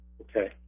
Okay